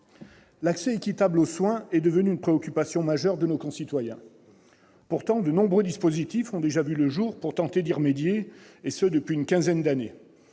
L'accès équitable aux soins est devenu l'une des préoccupations majeures de nos concitoyens. De nombreux dispositifs ont déjà vu le jour pour tenter d'y remédier depuis une quinzaine d'années.